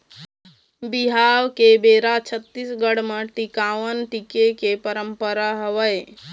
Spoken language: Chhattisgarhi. बिहाव के बेरा छत्तीसगढ़ म टिकावन टिके के पंरपरा हवय